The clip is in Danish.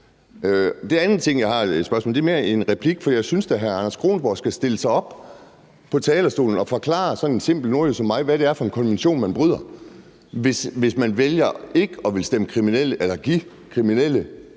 Den anden ting, jeg har, er mere en replik. For jeg synes da, at hr. Anders Kronborg skal stille sig op på talerstolen og forklare sådan en simpel nordjyde som mig, hvad det er for en konvention, man bryder, hvis man vælger ikke at ville give kriminelle